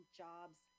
jobs